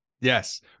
Yes